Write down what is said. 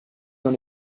dans